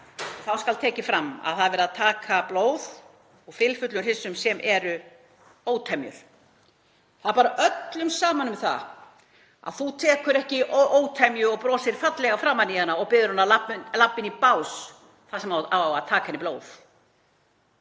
það skal tekið fram að það er verið að taka blóð úr fylfullum hryssum sem eru ótemjur — það bar öllum saman um það að þú tekur ekki ótemju og brosir fallega framan í hana og biður hana um að labba inn í bás þar sem á að taka úr henni blóð.